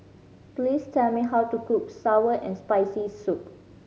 please tell me how to cook sour and Spicy Soup